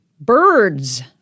Birds